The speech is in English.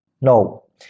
No